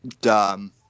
dumb